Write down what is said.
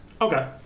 Okay